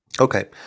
okay